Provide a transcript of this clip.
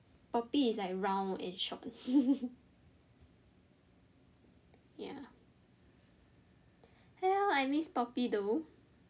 poppy is like round and short ya well I miss poppy though